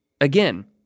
Again